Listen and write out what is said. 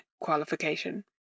qualification